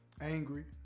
angry